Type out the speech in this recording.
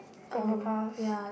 hover cars